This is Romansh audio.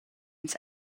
ins